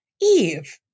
Eve